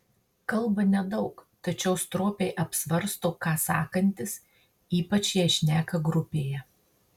kalba nedaug tačiau stropiai apsvarsto ką sakantis ypač jei šneka grupėje